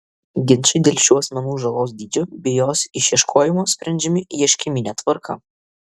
ginčai dėl šių asmenų žalos dydžio bei jos išieškojimo sprendžiami ieškinine tvarka